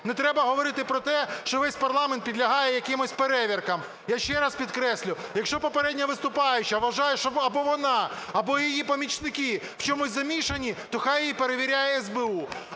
Не треба говорити про те, що весь парламент підлягає якимось перевіркам. Я ще раз підкреслюю, якщо попередня виступаюча вважає, що або вона, або її помічники в чомусь замішані, то хай її перевіряє СБУ.